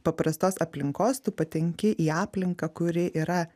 paprastos aplinkos tu patenki į aplinką kuri yra